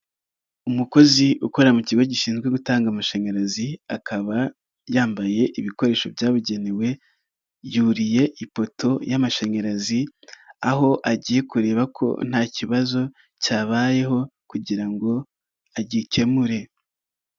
Umukozi ukora mu kigo gishinzwe gutanga amashanyarazi akaba yambaye ibikoresho byabugenewe, yuriye ipoto y'amashanyarazi aho agiye kureba ko nta kibazo cyabayeho kugira ngo agikemure.